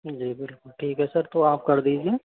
जी बिल्कुल ठीक है सर तो आप कर दीजिए